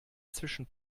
zwischen